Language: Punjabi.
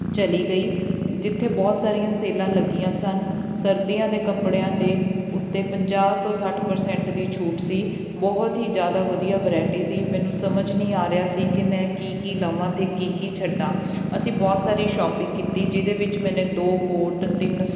ਚਲੀ ਗਈ ਜਿੱਥੇ ਬਹੁਤ ਸਾਰੀਆਂ ਸੇਲਾਂ ਲੱਗੀਆਂ ਸਨ ਸਰਦੀਆਂ ਦੇ ਕੱਪੜਿਆਂ ਦੇ ਉੱਤੇ ਪੰਜਾਹ ਤੋਂ ਸੱਠ ਪਰਸੈਂਟ ਦੀ ਛੂਟ ਸੀ ਬਹੁਤ ਹੀ ਜ਼ਿਆਦਾ ਵਧੀਆ ਵਰੈਟੀ ਸੀ ਮੈਨੂੰ ਸਮਝ ਨਹੀਂ ਆ ਰਿਹਾ ਸੀ ਕਿ ਮੈਂ ਕੀ ਕੀ ਲਵਾਂ ਤੇ ਕੀ ਕੀ ਛੱਡਾਂ ਅਸੀਂ ਬਹੁਤ ਸਾਰੀ ਸ਼ੌਪਿੰਗ ਕੀਤੀ ਜਿਹਦੇ ਵਿੱਚ ਮੈਨੇ ਦੋ ਕੋਟ ਤਿੰਨ